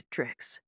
Tricks